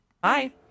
Bye